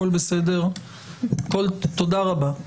תודה רבה.